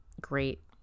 great